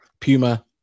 Puma